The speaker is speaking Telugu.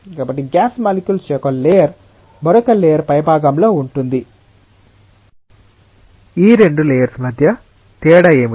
కాబట్టి గ్యాస్ మాలిక్యుల్స్ యొక్క ఒక లేయర్ మరొక లేయర్ పైభాగంలో ఉంటుంది ఈ రెండు లేయర్స్ మధ్య తేడా ఏమిటి